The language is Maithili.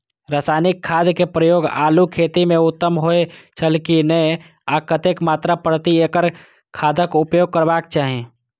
रासायनिक खाद के प्रयोग आलू खेती में उत्तम होय छल की नेय आ कतेक मात्रा प्रति एकड़ खादक उपयोग करबाक चाहि?